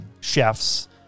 chefs